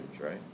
right